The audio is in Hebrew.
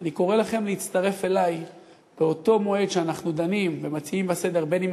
אני קורא לכם להצטרף אלי באותו מועד שאנחנו דנים ומציעים לסדר-היום,